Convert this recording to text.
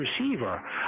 receiver